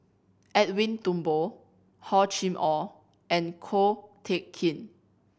Edwin Thumboo Hor Chim Or and Ko Teck Kin